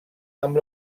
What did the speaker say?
amb